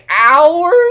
hours